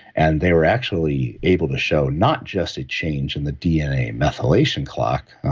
and they were actually able to show not just a change in the dna methylation clock,